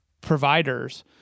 providers